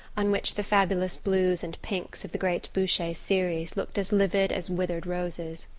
on which the fabulous blues and pinks of the great boucher series looked as livid as withered roses.